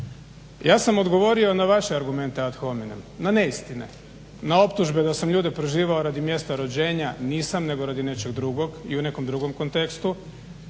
ja sam odgovorio na vaše argumente ad hominem, na neistine, na optužbe da sam ljude prozivao radi mjesta rođenja - nisam nego radi nečeg drugog i u nekom drugom kontekstu.